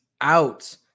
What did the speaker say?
out